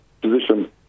position